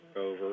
over